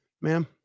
ma'am